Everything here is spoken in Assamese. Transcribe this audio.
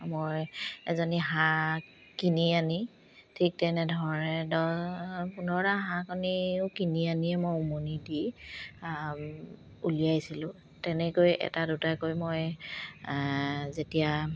মই এজনী হাঁহ কিনি আনি ঠিক তেনেধৰণে দহ পোন্ধৰটা হাঁহ কণীও কিনি আনিয়ে মই উমনি দি উলিয়াইছিলোঁ তেনেকৈ এটা দুটাকৈ মই যেতিয়া